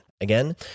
Again